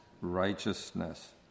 righteousness